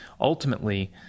ultimately